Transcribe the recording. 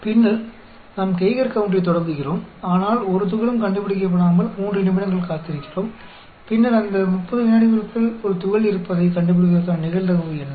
பின்னர் நாம் கெய்கர் கவுன்டரைத் தொடங்குகிறோம் ஆனால் ஒரு துகளும் கண்டுபிடிக்கப்படாமல் 3 நிமிடங்கள் காத்திருக்கிறோம் பின்னர் அந்த 30 விநாடிகளுக்குள் ஒரு துகள் இருப்பதைக் கண்டுபிடிப்பதற்கான நிகழ்தகவு என்ன